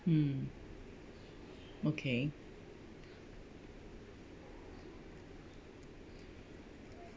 mm okay